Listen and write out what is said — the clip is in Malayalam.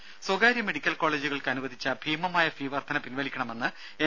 രുമ സ്വകാര്യ മെഡിക്കൽ കോളേജുകൾക്ക് അനുവദിച്ച ഭീമമായ ഫീ വർദ്ധന പിൻവലിക്കണമെന്ന് എൻ